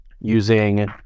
using